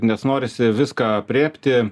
nes norisi viską aprėpti